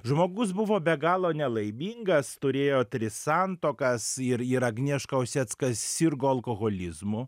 žmogus buvo be galo nelaimingas turėjo tris santuokas ir ir agnieška osecka sirgo alkoholizmu